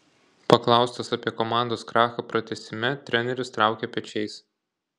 paklaustas apie komandos krachą pratęsime treneris traukė pečiais